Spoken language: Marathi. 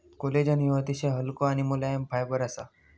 कोलेजन ह्यो अतिशय हलको आणि मुलायम फायबर असा